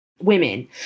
women